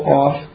off